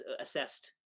assessed